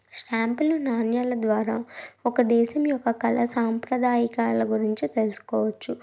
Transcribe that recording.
స్టాంపులు నాణాల ద్వారా ఒక దేశం యొక్క కళా సాంప్రదాయాల గురించి తెలుసుకోవచ్చు